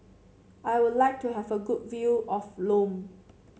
I would like to have a good view of Lome